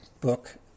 book